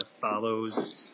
follows